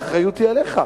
האחריות היא עליך.